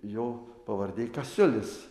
jo pavardė kasiulis